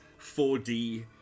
4D